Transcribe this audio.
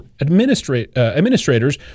administrators